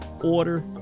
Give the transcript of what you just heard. Order